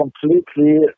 completely